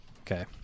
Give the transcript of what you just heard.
Okay